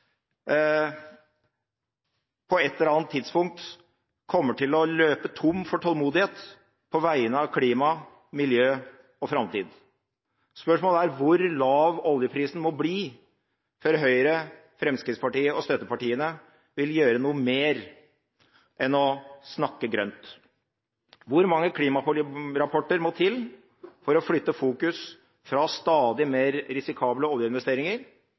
på et eller annet tidspunkt kommer til å løpe tom for tålmodighet på vegne av klima, miljø og framtid. Spørsmålet er hvor lav oljeprisen må bli før Høyre, Fremskrittspartiet og støttepartiene vil gjøre noe mer enn å snakke grønt. Hvor mange klimarapporter må til for å flytte fokus fra stadig mer risikable oljeinvesteringer